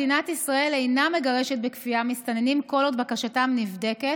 מדינת ישראל איננה מגרשת בכפייה מסתננים כל עוד בקשתם נבדקת,